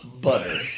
butter